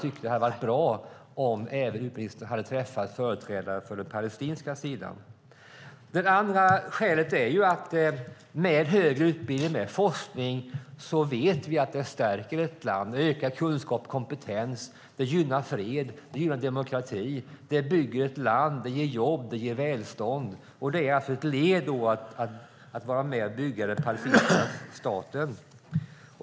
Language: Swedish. Det hade varit bra om utbildningsministern även hade träffat företrädare för den palestinska sidan. Det andra skälet är att högre utbildning och forskning stärker ett land. Ökad kunskap och kompetens gynnar fred, demokrati, bygger ett land, ger jobb och välstånd. Det är ett led i att vara med och bygga den palestinska staten.